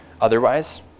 Otherwise